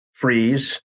freeze